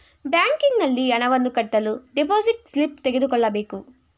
ಬ್ಯಾಂಕಿನಲ್ಲಿ ಹಣವನ್ನು ಕಟ್ಟಲು ಡೆಪೋಸಿಟ್ ಸ್ಲಿಪ್ ತೆಗೆದುಕೊಳ್ಳಬೇಕು